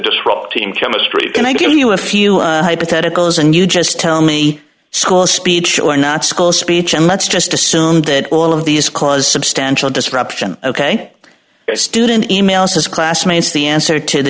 disrupt team chemistry and i give you a few hypotheticals and you just tell me school speech or not school speech and let's just assume that all of these cause substantial disruption ok student emails his classmates the answer to the